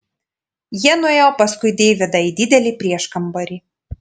jie nuėjo paskui deividą į didelį prieškambarį